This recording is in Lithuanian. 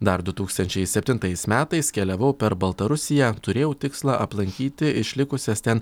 dar du tūkstančiai septintais metais keliavau per baltarusiją turėjau tikslą aplankyti išlikusias ten